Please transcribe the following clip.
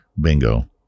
Bingo